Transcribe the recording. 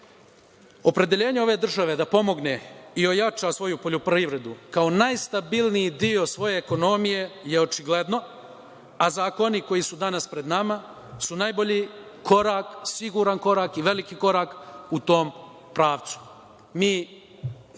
Opredeljenje ove države da pomogne i ojača svoju poljoprivredu kao najstabilniji deo svoje ekonomije je očigledno, a zakoni koji su danas pred nama su najbolji korak, siguran korak i veliki korak u tom pravcu. Mi